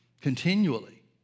continually